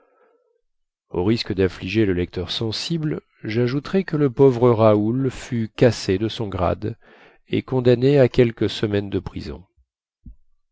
au risque daffliger le lecteur sensible jajouterai que le pauvre raoul fut cassé de son grade et condamné à quelques semaines de prison